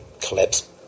collapse